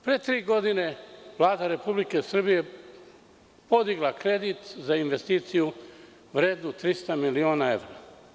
Pre tri godine Vlada Republike Srbije je podigla kredit za investiciju vrednu 300 miliona evra.